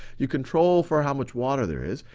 you control for how much water there is.